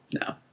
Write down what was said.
No